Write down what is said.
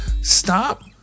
Stop